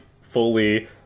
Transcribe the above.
fully